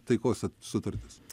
taikos su sutartis